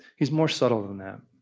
he's more subtle that.